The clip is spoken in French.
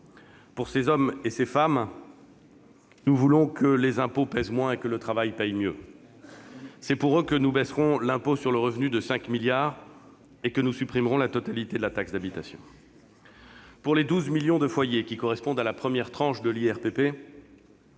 Pour ces hommes et ces femmes, nous voulons que les impôts pèsent moins et que le travail paie mieux. C'est pour eux que nous baisserons l'impôt sur le revenu de 5 milliards d'euros et que nous supprimerons en totalité la taxe d'habitation. Pour les 12 millions de foyers qui relèvent de la première tranche de l'IRPP,